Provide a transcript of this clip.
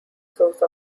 source